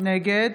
נגד